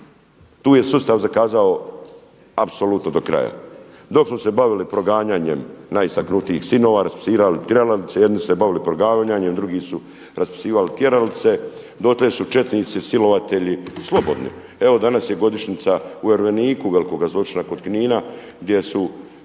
tu je sustav zakazao apsolutno do kraja. Dok smo se bavili proganjanjem najistaknutijih sinova, … jedni se bavili proganjanjem, drugi su raspisivali tjeralice dotle su četnici silovatelji slobodni. Evo danas je godišnjica … velikog zločina kod Knina gdje su